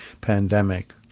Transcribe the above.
pandemic